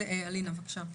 אלינה, בבקשה.